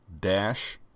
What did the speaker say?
dash